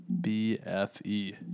B-F-E